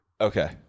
Okay